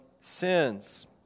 sins